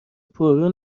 پررو